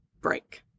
break